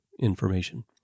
information